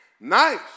nice